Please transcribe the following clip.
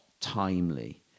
timely